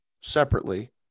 separately